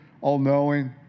all-knowing